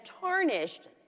tarnished